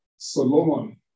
Solomon